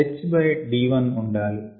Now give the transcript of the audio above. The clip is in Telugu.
H by D 1 ఉండాలి